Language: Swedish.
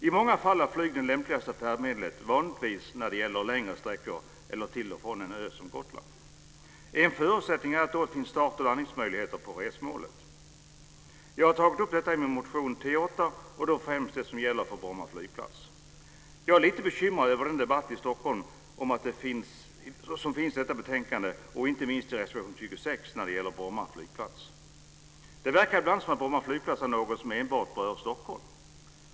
I många fall är flyg det lämpligaste färdmedlet, vanligtvis när det gäller längre sträckor eller till och från en ö som Gotland. En förutsättning är att det då finns start och landningsmöjligheter på resmålet. Jag har tagit upp detta i min motion T8, och då främst det som gäller för Bromma flygplats. Jag är lite bekymrad över den debatt om Stockholm som finns i detta betänkande, och inte minst reservation 26 när det gäller Bromma flygplats. Det verkar ibland som om Bromma flygplats är något som enbart berör Stockholm.